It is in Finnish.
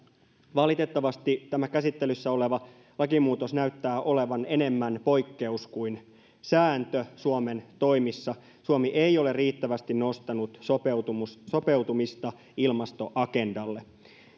valitettavasti tämä käsittelyssä oleva lakimuutos näyttää olevan enemmän poikkeus kuin sääntö suomen toimissa suomi ei ole riittävästi nostanut sopeutumista ilmastoagendalle